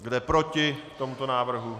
Kdo je proti tomuto návrhu?